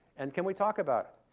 and can we talk about it?